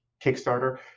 Kickstarter